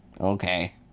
Okay